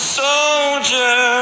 soldier